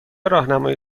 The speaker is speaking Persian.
راهنمای